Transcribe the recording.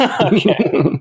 Okay